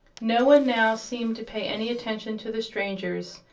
no one now seemed to pay any attention to the strangers,